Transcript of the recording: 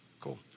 Cool